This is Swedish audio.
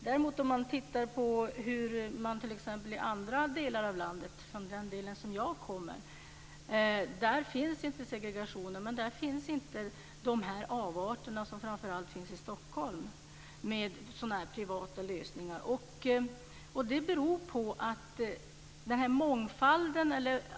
När man ser på andra delar av landet, t.ex. den del som jag kommer ifrån, finner man inte segregation, men där finns inte heller de avarter av privata lösningar som man möter framför allt i Stockholm.